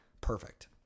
perfect